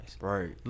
Right